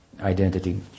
identity